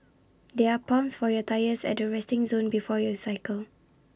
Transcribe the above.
there are pumps for your tyres at the resting zone before you cycle